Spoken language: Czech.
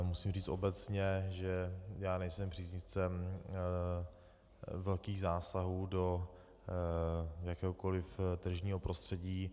Musím říct obecně, že já nejsem příznivcem velkých zásahů do jakéhokoli tržního prostředí.